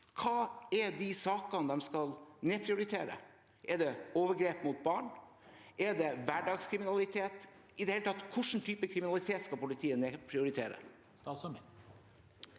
hvilke saker de skal nedprioritere. Er det overgrep mot barn? Er det hverdagskriminalitet? I det hele tatt: Hvilken type kriminalitet skal politiet nedprioritere?